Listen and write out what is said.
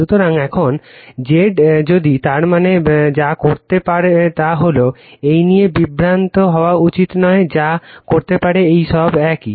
সুতরাং এখন Z যদি তার মানে যা করতে পারে তা হল এই নিয়ে বিভ্রান্ত হওয়া উচিত নয় যা করতে পারে এই সব একই